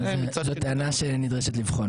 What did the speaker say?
זוהי הטענה שדורשת בחינה.